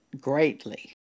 greatly